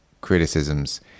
criticisms